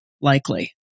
likely